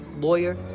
lawyer